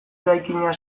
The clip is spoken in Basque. eraikina